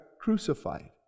crucified